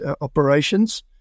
operations